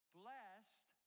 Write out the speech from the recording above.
blessed